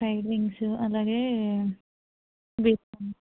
fried wings అలాగే వి